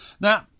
Now